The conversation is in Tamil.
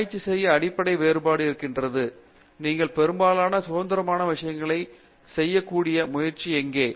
ஆராய்ச்சி செய்ய அடிப்படை வேறுபாடு வருகிறது நீங்கள்பெரும்பாலான சுதந்திரமான விஷயங்களை செய்ய கூடிய முயற்சி எங்கே